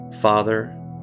Father